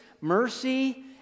mercy